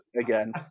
again